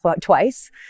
twice